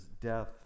death